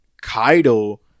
Kaido